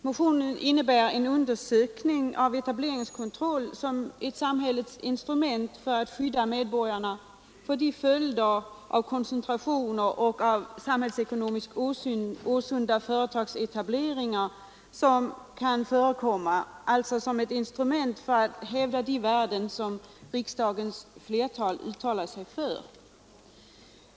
Motionen tar upp frågan om en undersökning av etableringskontroll som ett samhällets instrument för att skydda medborgarna för de följder av koncentrationer och samhällsekonomiskt osunda företagsetableringar som kan förekomma och för att hävda de värden som riksdagens flertal har uttalat sig för.